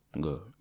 Good